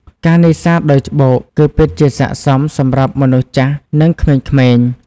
ការនេសាទដោយច្បូក គឺពិតជាស័ក្ដិសមសម្រាប់មនុស្សចាស់ និងក្មេងៗ។